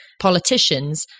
politicians